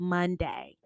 Monday